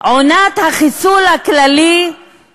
את יכולה לשאול את